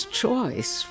choice